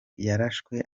yarashwe